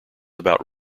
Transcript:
about